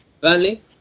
Burnley